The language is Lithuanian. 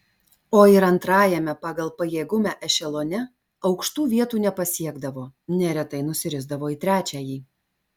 o ir antrajame pagal pajėgumą ešelone aukštų vietų nepasiekdavo neretai nusirisdavo į trečiąjį